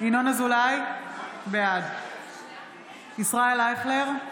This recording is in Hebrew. ינון אזולאי, בעד ישראל אייכלר,